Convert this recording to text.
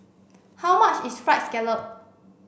how much is fried scallop